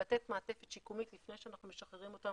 לתת מעטפת שיקומית לפני שאנחנו משחררים אותם